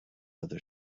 other